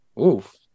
Oof